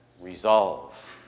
resolve